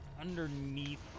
underneath